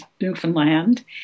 Newfoundland